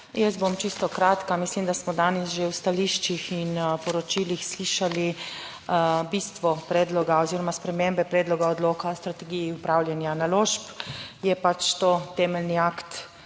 Jaz bom čisto kratka. Mislim, da smo danes že v stališčih in poročilih slišali bistvo predloga oziroma spremembe predloga odloka o strategiji upravljanja naložb, je pač to temeljni akt